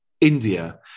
India